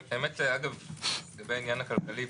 לגבי העניין הכלכלי,